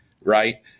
Right